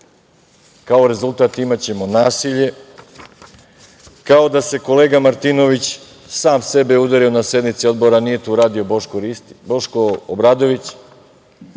kao rezultat imaćemo nasilje. Kao da se kolega Martinović sam sebe udario na sednici odbora, a nije to uradio Boško Obradović.